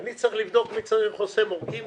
ואני צריך לבדוק מי צריך חוסם עורקים